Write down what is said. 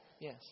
Yes